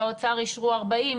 באוצר אישרו 40,